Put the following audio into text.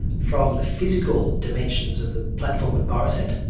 from the physical dimensions of the platform at morisset,